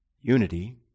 Unity